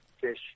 fish